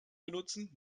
benutzen